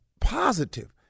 positive